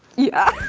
yeah.